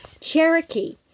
Cherokee